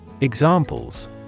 Examples